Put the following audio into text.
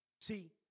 See